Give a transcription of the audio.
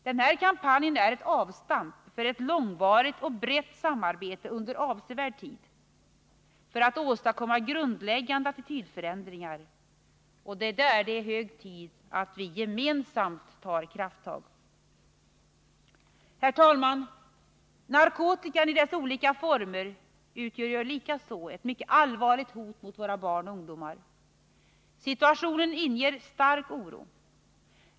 Den här kampanjen är ett avstamp för ett långvarigt och brett samarbete under avsevärd tid för att åstadkomma grundläggande attitydförändringar. Det är hög tid att vi gemensamt tar krafttag i detta arbete. Herr talman! Narkotikan i dess olika former utgör likaså ett mycket allvarligt hot mot våra barn och ungdomar. Situationen inger stark oro.